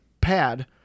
pad